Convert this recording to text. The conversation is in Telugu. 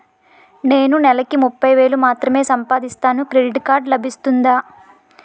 నేను నెల కి ముప్పై వేలు మాత్రమే సంపాదిస్తాను క్రెడిట్ కార్డ్ లభిస్తుందా?